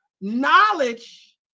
Knowledge